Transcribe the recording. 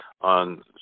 on